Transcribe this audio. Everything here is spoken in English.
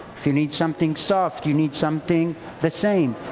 if you need something soft, you need something the same,